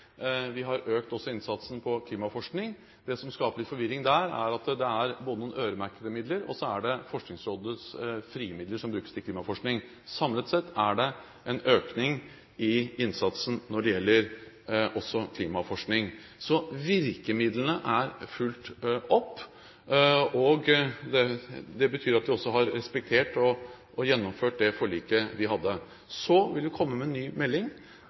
vi har også økt innsatsen på klimaforskning. Det som skaper litt forvirring der, er at det er noen øremerkede midler, og så er det Forskningsrådets frie midler, som brukes til klimaforskning. Samlet sett er det en økning i innsatsen også når det gjelder klimaforskning. Så virkemidlene er fulgt opp. Det betyr at vi også har respektert og gjennomført det forliket vi hadde. Så vil vi komme med en ny melding.